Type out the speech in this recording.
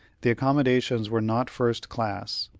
the accommodations were not first-class,